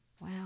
wow